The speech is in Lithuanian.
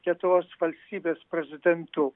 lietuvos valstybės prezidentu